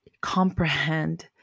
comprehend